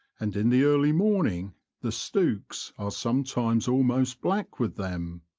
and in the early morning the stooks are sometimes almost black with them.